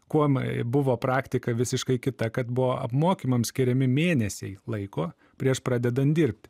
kuom buvo praktika visiškai kita kad buvo apmokymam skiriami mėnesiai laiko prieš pradedant dirbt